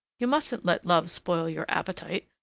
you mustn't let love spoil your appetite,